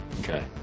Okay